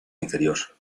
inferior